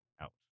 out